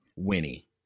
winnie